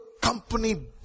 company